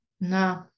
No